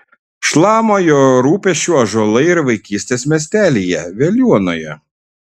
šlama jo rūpesčiu ąžuolai ir vaikystės miestelyje veliuonoje